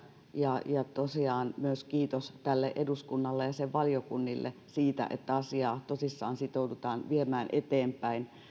ja tosiaan myös kiitos tälle eduskunnalle ja sen valiokunnille siitä että asiaa tosissaan sitoudutaan viemään eteenpäin